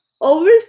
Over